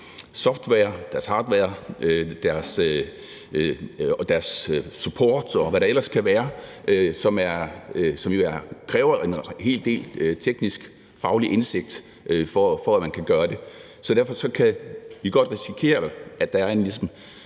software, deres hardware og deres support, og hvad der ellers kan være, som kræver en hel del teknisk faglig indsigt, består. Så derfor kan vi godt risikere, at der er et